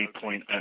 point